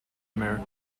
america